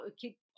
keep